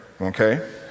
okay